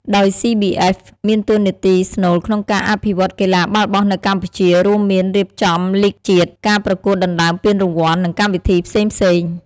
ដោយ CBF មានតួនាទីស្នូលក្នុងការអភិវឌ្ឍកីឡាបាល់បោះនៅកម្ពុជា រួមមាន រៀបចំលីគជាតិ ការប្រកួតដណ្ដើមពានរង្វាន់ និងកម្មវិធីផ្សេងៗ។